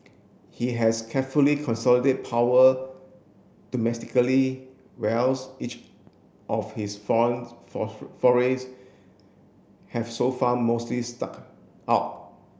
he has carefully consolidate power domestically whereas each of his foreign forays have so far mostly stuck out